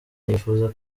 nifuza